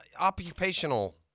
occupational